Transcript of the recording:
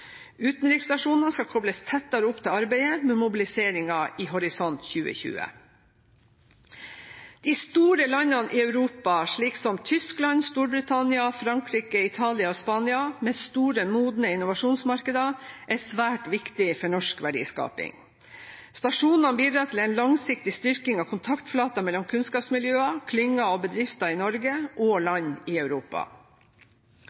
Utenriksstasjonene skal kobles tettere opp til arbeidet med mobiliseringen i Horisont 2020. De store landene i Europa, slik som Tyskland, Storbritannia, Frankrike, Italia og Spania, med store, modne innovasjonsmarkeder, er svært viktige for norsk verdiskaping. Stasjonene bidrar til en langsiktig styrking av kontaktflater mellom kunnskapsmiljøer, klynger og bedrifter i Norge og